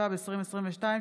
התשפ"ב 2022,